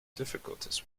difficulties